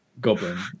Goblin